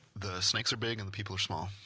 the snakes are big and the people are small.